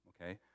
okay